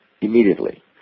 immediately